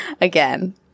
again